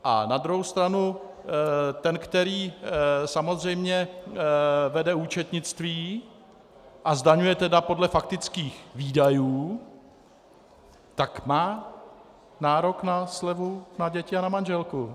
A na druhou stranu ten, který samozřejmě vede účetnictví a zdaňuje podle faktických výdajů, tak má nárok na slevu na děti a na manželku.